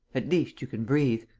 at least, you can breathe.